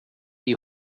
die